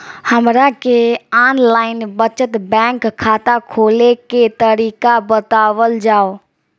हमरा के online बचत बैंक खाता खोले के तरीका बतावल जाव?